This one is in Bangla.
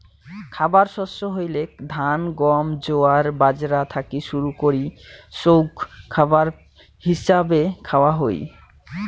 খাবার শস্য হইলেক ধান, গম, জোয়ার, বাজরা থাকি শুরু করি সৌগ খাবার হিছাবে খাওয়া হই